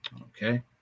Okay